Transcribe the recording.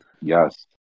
Yes